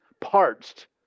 parched